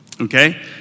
Okay